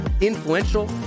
influential